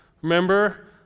remember